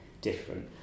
different